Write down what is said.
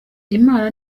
imana